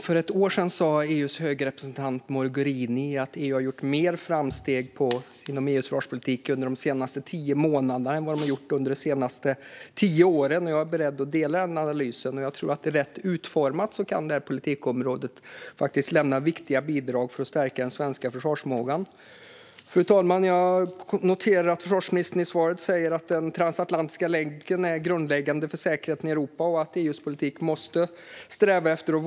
För ett år sedan sa EU:s höga representant Mogherini att EU hade gjort mer framsteg inom försvarspolitiken under de senaste tio månaderna än under de senaste tio åren. Jag är beredd att dela den analysen. Rätt utformat kan det här politikområdet lämna viktiga bidrag för att stärka den svenska försvarsförmågan, tror jag. Fru talman! Jag noterar att försvarsministern i svaret säger att "den transatlantiska länken är grundläggande för säkerheten i Europa" och att "EU:s politik måste sträva efter att .